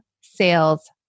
sales